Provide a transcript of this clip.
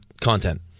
content